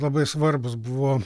labai svarbūs buvo